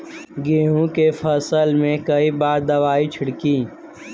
गेहूँ के फसल मे कई बार दवाई छिड़की?